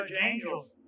angels